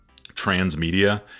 transmedia